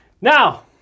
Now